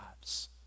lives